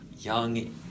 Young